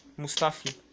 Mustafi